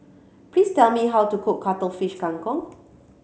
please tell me how to cook Cuttlefish Kang Kong